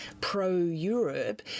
pro-Europe